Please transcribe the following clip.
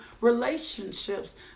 relationships